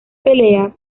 pelea